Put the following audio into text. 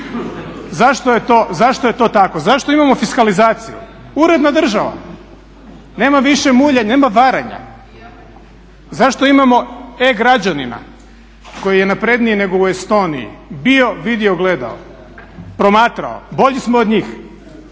Zašto je to tako, zašto imamo fiskalizaciju? Uredna država. Nema više muljanja, nema varanja. Zašto imamo e-građanina koji je napredniji nego u Estoniji? Bio, vidio, gledao, promatrao. Bolji smo od njih,